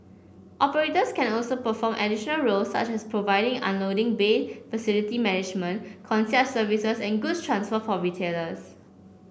operators can also perform additional roles such as providing unloading bay facility management concierge services and goods transfer for retailers